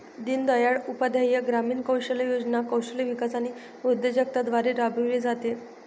दीनदयाळ उपाध्याय ग्रामीण कौशल्य योजना कौशल्य विकास आणि उद्योजकता द्वारे राबविली जाते